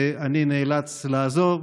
ואני נאלץ לעזוב,